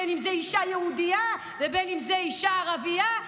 בין שזו אישה יהודייה ובין שזו אישה ערבייה,